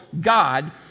God